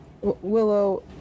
Willow